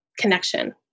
connection